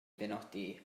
benodi